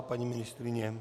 Paní ministryně?